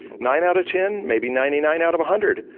nine out of ten, maybe ninety-nine out of a hundred,